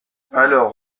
alors